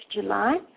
July